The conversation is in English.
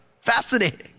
Fascinating